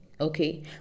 okay